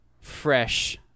fresh